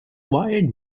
wired